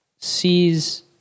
sees